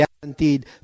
guaranteed